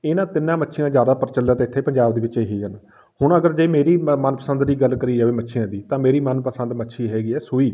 ਇਹਨਾਂ ਤਿੰਨਾਂ ਮੱਛੀਆਂ ਜ਼ਿਆਦਾ ਪ੍ਰਚਲਿਤ ਇੱਥੇ ਪੰਜਾਬ ਦੇ ਵਿੱਚ ਇਹ ਹੀ ਹਨ ਹੁਣ ਅਗਰ ਜੇ ਮੇਰੀ ਮ ਮਨ ਪਸੰਦ ਦੀ ਗੱਲ ਕਰੀ ਜਾਵੇ ਮੱਛੀਆਂ ਦੀ ਤਾਂ ਮੇਰੀ ਮਨਪਸੰਦ ਮੱਛੀ ਹੈਗੀ ਹੈ ਸੂਈ